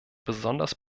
besonders